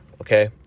okay